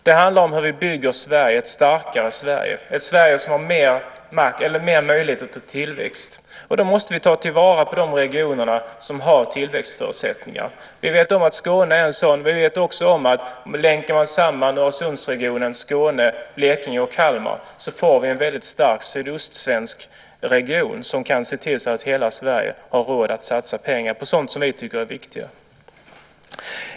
Den handlar om hur vi bygger ett starkare Sverige, ett Sverige som har mer möjlighet till tillväxt. Vi måste ta vara på de regioner som har tillväxtförutsättningar. Vi vet att Skåne är en sådan. Vi vet också att om man länkar samman Öresundsregionen, Skåne, Blekinge och Kalmar, får vi en stark sydostsvensk region som kan se till att hela Sverige har råd att satsa pengar på sådant som vi tycker är viktigt.